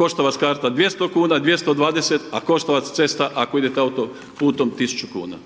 Košta vas karta 200,00 kn, 220,00 kn, košta vas cesta ako idete autoputom 1.000,00 kn.